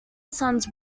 sons